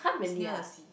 it's near the sea